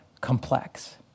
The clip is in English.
complex